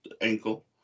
ankle